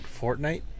Fortnite